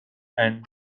and